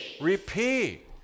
Repeat